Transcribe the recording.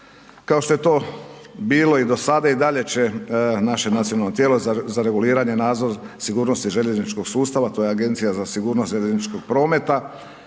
Kao što je to bilo i do sada, i dalje će naše nacionalno tijelo za reguliranje nadzora sigurnosti željezničkog sustava, to je Agencija za sigurnost željezničkog prometa.